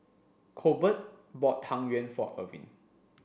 Colbert bought Tang Yuen for Irvine